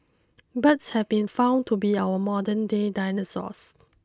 birds have been found to be our modern day dinosaurs